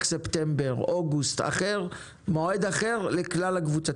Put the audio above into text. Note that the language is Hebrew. בספטמבר או אוגוסט מועד אחר לכלל הקבוצות.